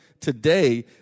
today